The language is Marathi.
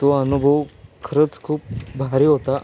तो अनुभव खरंच खूप भारी होता